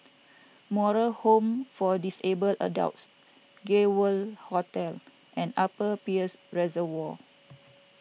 Moral Home for Disabled Adults Gay World Hotel and Upper Peirce Reservoir